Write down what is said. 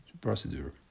procedure